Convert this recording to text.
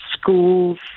schools